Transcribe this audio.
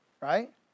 Right